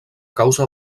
causa